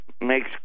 makes